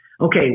okay